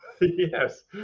Yes